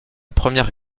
première